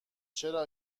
چرا